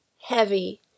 heavy